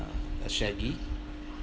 uh a shaggy